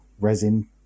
resin